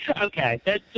okay